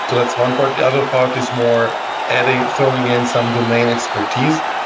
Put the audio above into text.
so that's one part. the other part is more adding, throwing in some domain expertise.